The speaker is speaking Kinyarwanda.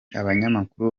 abanyamakuru